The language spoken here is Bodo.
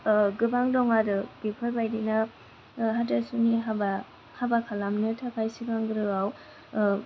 गोबां दं आरो बेफोरबायदिनो हाथासुनि हाबा खालामनो थाखाय सिगांग्रोआव